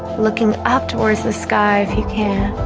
looking up towards the sky if you can